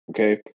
Okay